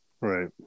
Right